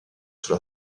sous